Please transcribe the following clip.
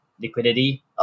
liquidity